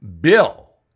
Bill